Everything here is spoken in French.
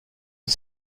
une